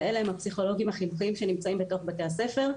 ואלה הם הפסיכולוגיים החינוכיים שנמצאים בתוך בתי הספר.